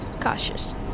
cautious